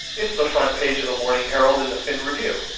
it's the front page of the morning herald and the fin review,